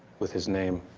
with his name.